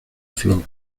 flor